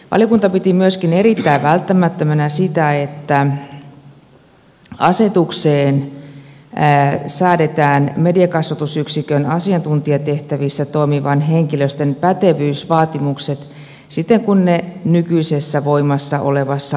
valiokunta piti myöskin erittäin välttämättömänä sitä että asetukseen säädetään mediakasvatusyksikön asiantuntijatehtävissä toimivan henkilöstön pätevyysvaatimukset siten kuin ne nykyisessä voimassa olevassa asetuksessa ovat